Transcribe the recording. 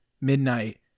midnight